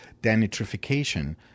denitrification